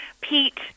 Pete